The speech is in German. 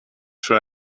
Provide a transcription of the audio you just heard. für